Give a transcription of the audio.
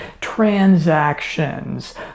transactions